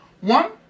one